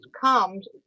comes